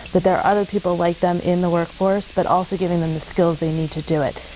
that there are other people like them in the workforce but also giving them the skills they need to do it.